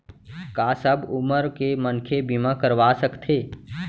का सब उमर के मनखे बीमा करवा सकथे?